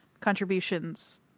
contributions